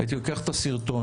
הייתי לוקח את הסרטון,